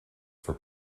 for